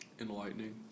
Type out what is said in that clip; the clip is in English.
Enlightening